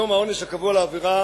היום העונש הקבוע לעבירה